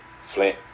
Flint